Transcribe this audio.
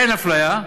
אין אפליה,